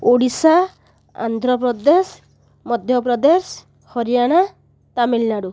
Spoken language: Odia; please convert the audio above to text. ଓଡ଼ିଶା ଆନ୍ଧ୍ରପ୍ରଦେଶ ମଧ୍ୟପ୍ରଦେଶ ହରିୟାନା ତାମିଲନାଡ଼ୁ